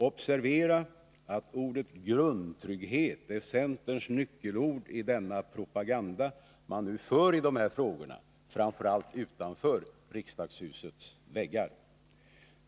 Observera att ordet grundtrygghet är centerns nyckelord i den propaganda man för i dessa frågor, framför allt utanför riksdagshusets väggar.